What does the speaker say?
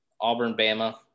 Auburn-Bama